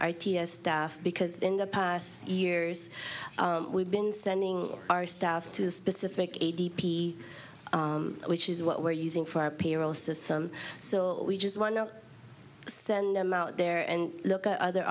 idea staff because in the past years we've been sending our staff to specific a d p which is what we're using for our payroll system so we just want to send them out there and look at other